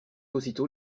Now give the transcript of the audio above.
aussitôt